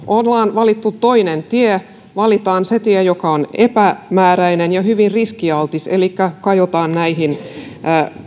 on valittu toinen tie valitaan se tie joka on epämääräinen ja hyvin riskialtis elikkä kajotaan näihin